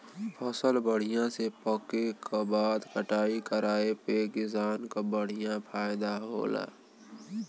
फसल बढ़िया से पके क बाद कटाई कराये पे किसान क बढ़िया फयदा होला